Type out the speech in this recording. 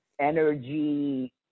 energy